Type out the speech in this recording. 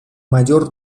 mayor